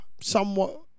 somewhat